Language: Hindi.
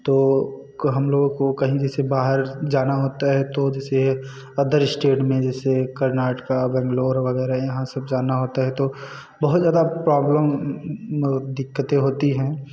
तो हम लोगों को कहीं जैसे बाहर जाना होता है तो जैसे अदर स्टेट में जैसे कर्नाटका बेंगलोर वगैरह यहाँ सब जाना होता है तो बहुत ज़्यादा प्रॉब्लम दिक्कतें होती हैं